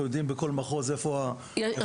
אנחנו יודעים בכל מחוז איפה --- רגע,